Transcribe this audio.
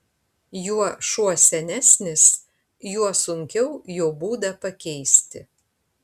juo šuo senesnis juo sunkiau jo būdą pakeisti